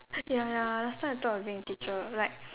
ya ya last time I thought of being a teacher like